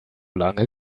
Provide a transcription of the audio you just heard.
lange